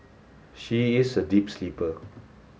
she is a deep sleeper